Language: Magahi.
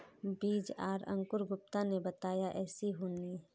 बीज आर अंकूर गुप्ता ने बताया ऐसी होनी?